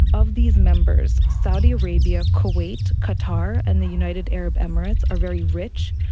of these members, saudi arabia, kuwait, qatar, and the united arab emirates are very rich.